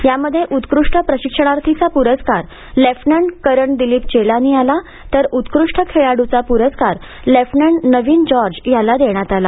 यामध्ये उत्कृष्ट प्रशिक्षणार्थीचा पुरस्कार लेफ्टनंट करण दिलीप चेलानी याला तर उत्कृष्ठ खेळाडूचा पुरस्कार लेफ्टनंट नवीन जॉर्ज याला देण्यात आला